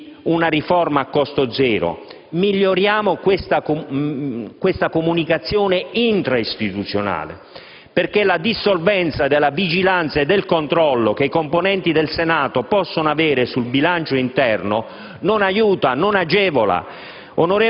una riforma a costo zero? Miglioriamo la comunicazione intra-istituzionale, perché la dissolvenza della vigilanza e del controllo che i componenti del Senato possono avere sul bilancio interno non aiuta, non agevola.